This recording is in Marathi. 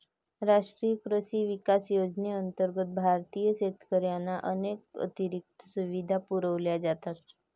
राष्ट्रीय कृषी विकास योजनेअंतर्गत भारतीय शेतकऱ्यांना अनेक अतिरिक्त सुविधा पुरवल्या जातात